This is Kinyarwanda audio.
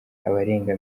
abarenga